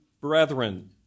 brethren